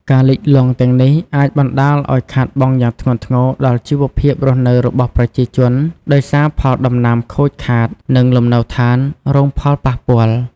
ការលិចលង់ទាំងនេះអាចបណ្ដាលឲ្យខាតបង់យ៉ាងធ្ងន់ធ្ងរដល់ជីវភាពរស់នៅរបស់ប្រជាជន ដោយសារផលដំណាំខូចខាត និងលំនៅឋានរងផលប៉ះពាល់។